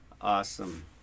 Awesome